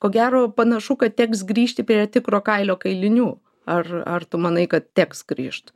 ko gero panašu kad teks grįžti prie tikro kailio kailinių ar ar tu manai kad teks grįžt